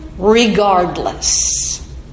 Regardless